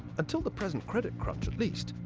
until the present credit crunch at least,